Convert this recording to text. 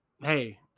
hey